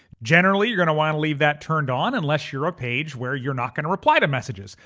generally, you're gonna wanna leave that turned on unless you're a page where you're not gonna reply to messages,